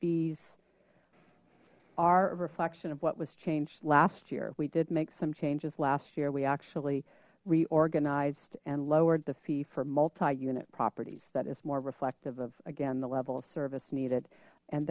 bees are a reflection of what was changed last year we did make some changes last year we actually reorganized and lowered the fee for multi unit properties that is more reflective of again the level of service needed and